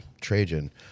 Trajan